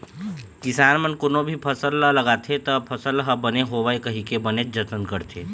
किसान मन कोनो भी फसल ह लगाथे त फसल ह बने होवय कहिके बनेच जतन करथे